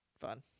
Fun